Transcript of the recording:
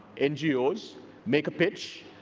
ngos make a pitch.